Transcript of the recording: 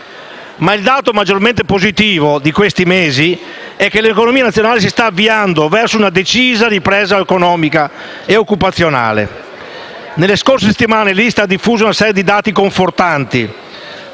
Ma il dato maggiormente positivo di questi mesi è che l'economia nazionale si sta avviando verso una decisa ripresa economica e occupazionale. Nelle scorse settimane, l'ISTAT ha diffuso una serie di dati confortanti: